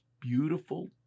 beautiful